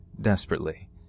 desperately